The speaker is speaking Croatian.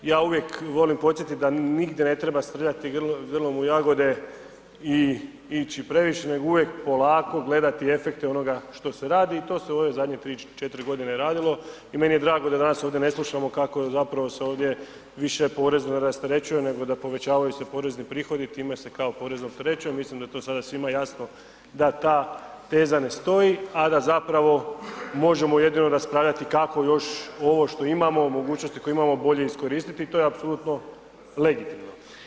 Ja uvijek volim podsjetiti da nigdje ne treba srljati grlom u jagode i ići previše nego uvijek polako gledati efekte onoga što se radi i to se u ove zadnje 3, 4 godine radilo i meni je drago da danas ovdje ne slušamo kako zapravo se ovdje više porez ne rasterećuje nego da povećavaju se porezni prihodi, time se kao porez opterećuje mislim da je to sada svima jasno da ta teza ne stoji, a da zapravo možemo jedino raspravljati kako još ovo što imamo, mogućnosti koje imamo bolje iskoristiti i to je apsolutno legitimno.